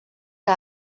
que